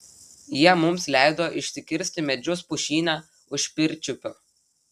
jie mums leido išsikirsti medžius pušyne už pirčiupio